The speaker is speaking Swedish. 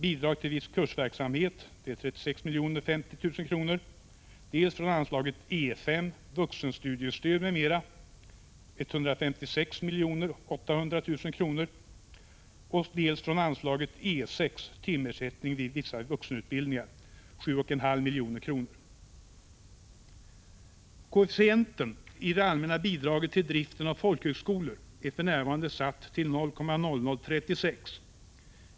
Bidrag till viss central kursverksamhet, 36 050 000 kr., dels från anslaget E 5. Vuxenstudiestöd m.m., 156 800 000 kr., dels från anslaget E 6. Timersättning vid vissa vuxenutbildningar, 7 500 000 kr. Koefficienten i det allmänna bidraget till driften av folkhögskolor är för närvarande satt till 0,0036.